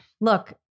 look